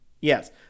yes